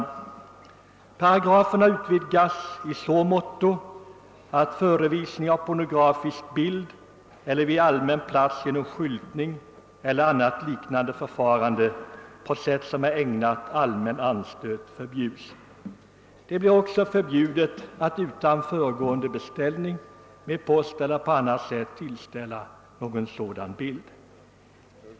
Förslaget innebär i så måtto en utvidgning i förhållande till paragrafens nuvarande lydelse, att förevisning av pornografisk bild på eller vid allmän plats genom skyltning eller annat liknande förfarande på sätt som är ägnat att väcka allmän anstöt förbjuds. Det blir också förbjudet att, utan föregående beställning med posten eller på annat sätt, tillställa någon sådan bild.